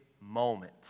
moment